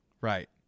Right